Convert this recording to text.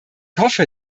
hoffe